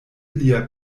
lia